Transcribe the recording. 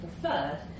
preferred